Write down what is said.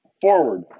Forward